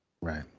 Right